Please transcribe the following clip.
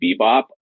bebop